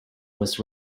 was